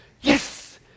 yes